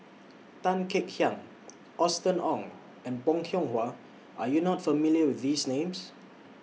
Tan Kek Hiang Austen Ong and Bong Hiong Hwa Are YOU not familiar with These Names